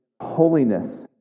holiness